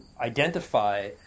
identify